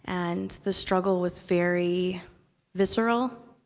and the struggle was very visceral.